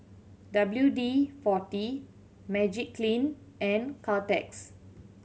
W D Forty Magiclean and Caltex